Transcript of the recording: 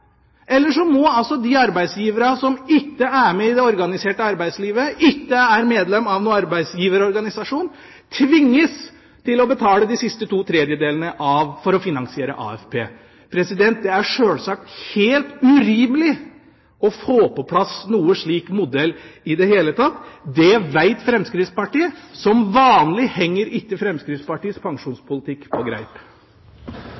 så må altså de arbeidsgiverne som ikke er med i det organiserte arbeidslivet, ikke er medlem av noen arbeidsgiverorganisasjon, tvinges til å betale de siste to tredjedelene for å finansiere AFP. Det er sjølsagt helt urimelig å få på plass en slik modell i det hele tatt. Det veit Fremskrittspartiet. Som vanlig henger ikke Fremskrittspartiets